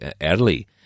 early